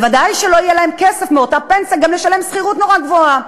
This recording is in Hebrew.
וודאי שלא יהיה להם כסף מאותה פנסיה גם לשלם שכירות נורא גבוהה.